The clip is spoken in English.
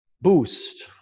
boost